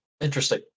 interesting